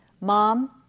Mom